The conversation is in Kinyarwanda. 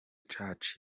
church